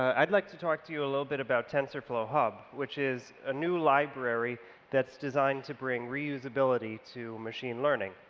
i would like to talk to you a little bit about tensorflow hub which is a new library designed to bring reusability to machine learning.